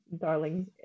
darling